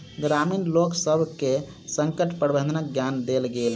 ग्रामीण लोकसभ के संकट प्रबंधनक ज्ञान देल गेल